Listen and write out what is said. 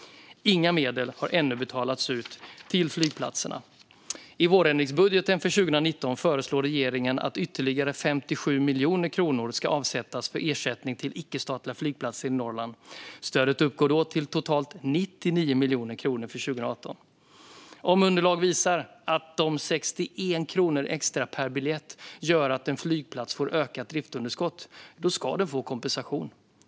Inga medel har ännu betalats ut till flygplatserna. I vårändringsbudgeten för 2019 föreslår regeringen att ytterligare 57 miljoner kronor ska avsättas för ersättning till icke-statliga flygplatser i Norrland. Stödet uppgår då till totalt 99 miljoner kronor för 2019. Om underlag visar att de 61 kronorna extra per biljett gör att en flygplats får ett ökat driftsunderskott ska den få kompensation.